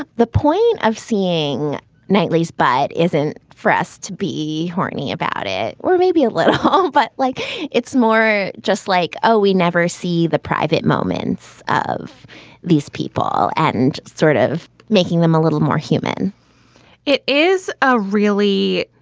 ah the point of seeing knightley's. but it isn't for us to be horny about it. or maybe a little. oh, but like it's more just like, oh, we never see the private moments of these people and sort of making them a little more human it is a really